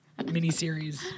miniseries